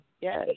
Yes